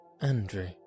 Andrew